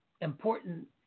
important